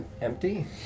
empty